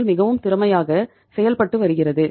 L மிகவும் திறமையாக செயல்பட்டு வருகிறது